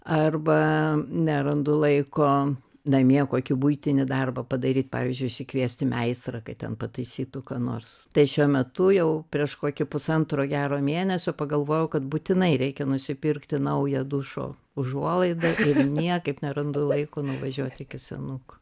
arba nerandu laiko namie kokį buitinį darbą padaryt pavyzdžiui išsikviesti meistrą kad ten pataisytų ką nors tai šiuo metu jau prieš kokį pusantro gero mėnesio pagalvojau kad būtinai reikia nusipirkti naują dušo užuolaidą ir niekaip nerandu laiko nuvažiuoti iki senukų